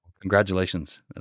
Congratulations